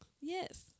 Yes